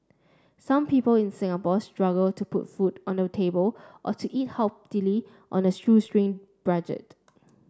some people in Singapore struggle to put food on the table or to eat healthily on a shoestring budget